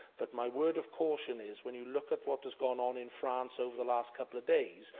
but my word of caution is when you look at what has gone on in france over the last couple of days,